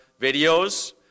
videos